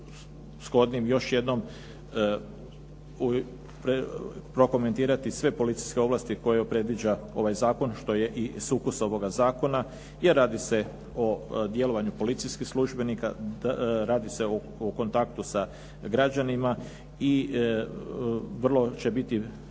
shodnim još jednom prokomentirati sve policijske ovlasti koje predviđa ovaj zakon što je i sukus ovoga zakona jer radi se o djelovanju policijskih službenika, radi se o kontaktu sa građanima i vrlo će biti